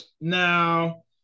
Now